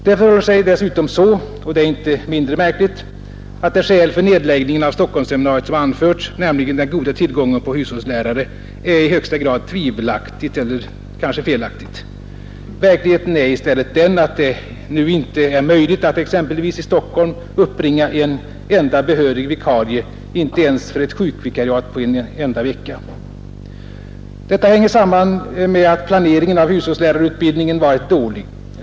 Det förhåller sig dessutom så — och det är inte mindre märkligt — att det skäl för nedläggningen av Stockholmsseminariet som anförts, nämligen den goda tillgången på hushållslärare, är i högsta grad tvivelaktigt eller kanske felaktigt. Verkligheten är i stället den att det nu inte är möjligt att exempelvis i Stockholm uppbringa en behörig vikarie, inte ens för ett sjukvikariat på en enda vecka. Detta hänger samman med att planeringen av hushållslärarutbildningen varit dålig.